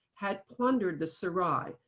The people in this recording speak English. had plundered the saray,